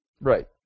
Right